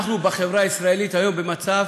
אנחנו בחברה הישראלית היום במצב